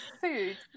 food